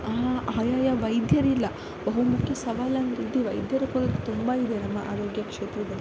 ಆ ಆಯಾ ವೈದ್ಯರಿಲ್ಲ ಬಹುಮುಖ್ಯ ಸವಾಲಂದರೆ ಇದು ವೈದ್ಯರ ಕೊರತೆ ತುಂಬ ಇದೆ ನಮ್ಮ ಆರೋಗ್ಯ ಕ್ಷೇತ್ರದಲ್ಲಿ